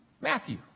Matthew